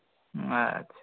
ଆଚ୍ଛା